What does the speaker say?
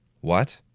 What